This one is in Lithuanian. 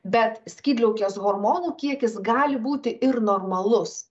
bet skydliaukės hormonų kiekis gali būti ir normalus